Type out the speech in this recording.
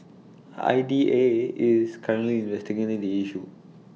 I D A is currently investigating the issue